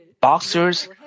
boxers